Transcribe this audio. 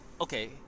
Okay